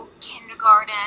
kindergarten